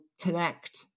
connect